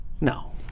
No